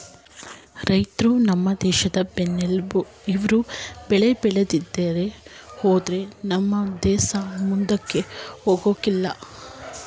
ರೈತ್ರು ನಮ್ ದೇಶದ್ ಬೆನ್ನೆಲ್ಬು ಇವ್ರು ಬೆಳೆ ಬೇಳಿದೆ ಹೋದ್ರೆ ನಮ್ ದೇಸ ಮುಂದಕ್ ಹೋಗಕಿಲ್ಲ